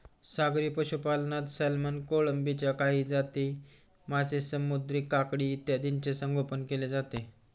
सागरी पशुपालनात सॅल्मन, कोळंबीच्या काही जाती, मासे, समुद्री काकडी इत्यादींचे संगोपन केले जाते